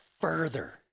further